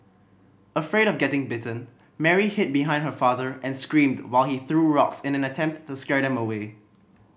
afraid of getting bitten Mary hid behind her father and screamed while he threw rocks in an attempt to scare them away